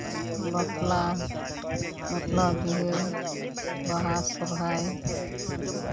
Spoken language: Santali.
ᱵᱟᱯᱞᱟ ᱵᱟᱯᱞᱟ ᱵᱤᱦᱟᱹ ᱵᱟᱦᱟ ᱥᱚᱨᱦᱟᱭ